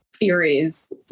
theories